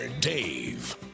Dave